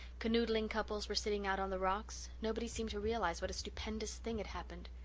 canoodling couples were sitting out on the rocks nobody seemed to realize what a stupendous thing had happened.